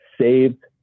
saved